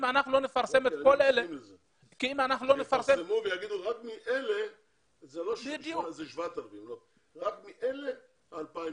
זה לא 8,000 אלא 7,000. רק מאלה ייבחרו